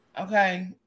Okay